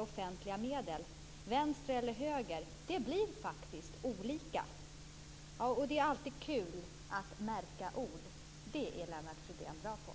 offentliga medel eller mindre, vänster eller höger - det blir faktiskt olika! Det är alltid kul att märka ord. Det är Lennart Fridén bra på.